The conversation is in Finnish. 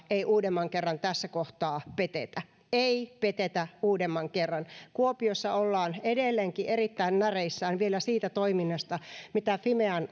ei uudemman kerran tässä kohtaa petetä ei petetä uudemman kerran kuopiossa ollaan edelleenkin erittäin näreissään vielä siitä toiminnasta mitä fimean